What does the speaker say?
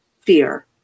fear